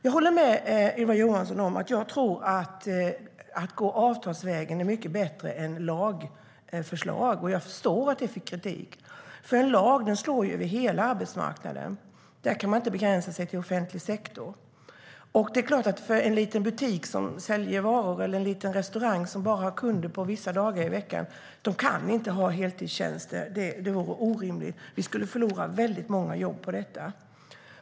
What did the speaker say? Jag håller med Ylva Johansson - jag tror att det är mycket bättre att gå avtalsvägen än lagstiftningsvägen. Jag förstår att lagförslaget fick kritik, för en lag slår över hela arbetsmarknaden. Där kan man inte begränsa sig till offentlig sektor. Det är klart att en liten butik som säljer varor eller en liten restaurang som bara har kunder vissa dagar i veckan inte kan ha heltidstjänster. Det vore orimligt. Vi skulle förlora väldigt många jobb på det.